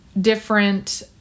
different